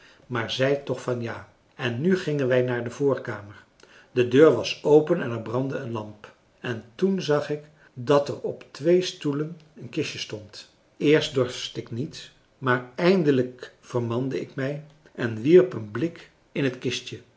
maar zei toch van ja en nu gingen wij naar de voorkamer de deur was open en er brandde een lamp en toen zag ik dat er op twee stoelen een kistje stond eerst dorst ik niet maar eindelijk vermande ik mij en wierp een blik in het kistje